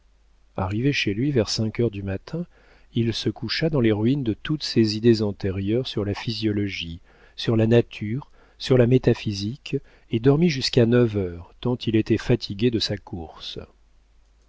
arrivé chez lui vers cinq heures du matin il se coucha dans les ruines de toutes ses idées antérieures sur la physiologie sur la nature sur la métaphysique et dormit jusqu'à neuf heures tant il était fatigué de sa course